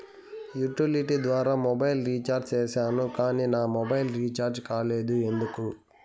Utility ద్వారా mobile recharge సేసాను కానీ నా మొబైల్ రీచార్జి కాలేదు ఎందుకు?